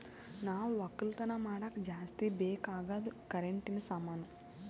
ನಾವ್ ಒಕ್ಕಲತನ್ ಮಾಡಾಗ ಜಾಸ್ತಿ ಬೇಕ್ ಅಗಾದ್ ಕರೆಂಟಿನ ಸಾಮಾನು